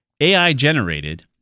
AI-generated